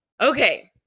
Okay